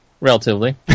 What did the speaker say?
Relatively